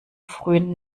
frühen